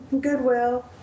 Goodwill